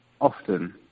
often